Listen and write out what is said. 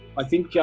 i think